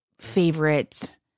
favorite